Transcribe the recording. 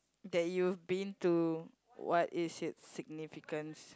that you've been to what is its significance